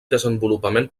desenvolupament